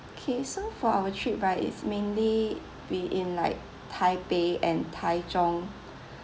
okay so for our trip right it's mainly be in like taipei and taichung